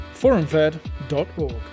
forumfed.org